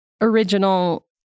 original